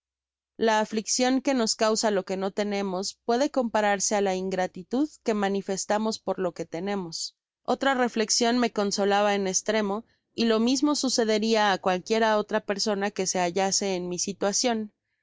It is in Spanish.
la afliccion que nos causa lo que no tenemos puede compararse á la ingratitud que manifestamos por lo que tenemos otra reflexion me con solaba en estremo y lo mismo sucederia á cualquiera otra persona que se hallase en mi situacion